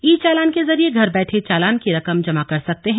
ई चालान के जरिए घर बैठे चालान की रकम जमा कर सकते हैं